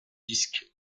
disque